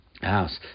house